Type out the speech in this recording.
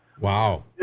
Wow